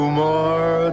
more